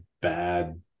bad